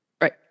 Right